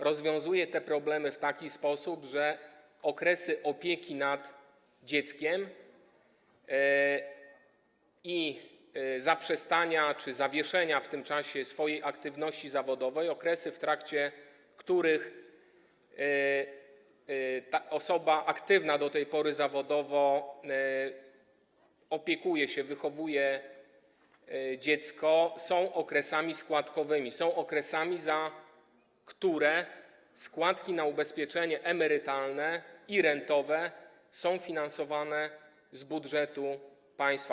Rozwiązuje te problemy w taki sposób, że okresy opieki nad dzieckiem i zaprzestania czy zawieszenia w tym czasie swojej aktywności zawodowej, okresy, w trakcie których osoba aktywna do tej pory zawodowo opiekuje się dzieckiem, wychowuje dziecko, są okresami składkowymi, są okresami, za które składki na ubezpieczenie emerytalne i rentowe są finansowane z budżetu państwa.